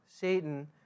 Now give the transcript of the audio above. Satan